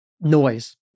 noise